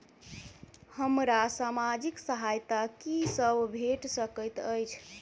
हमरा सामाजिक सहायता की सब भेट सकैत अछि?